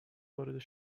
وارد